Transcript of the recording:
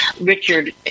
Richard